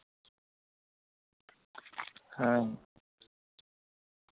ᱦᱮᱸ